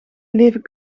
leven